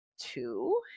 Two